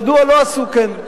מדוע לא עשו כן.